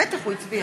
בטח, הוא הצביע.